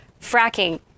fracking